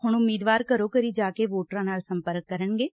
ਹੁਣ ਉਮੀਦਵਾਰ ਘਰੋਂ ਘਰੀ ਜਾ ਕੇ ਵੋਟਰਾਂ ਨਾਲ ਸੰਪਰਕ ਕਰਨਗੇ